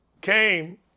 came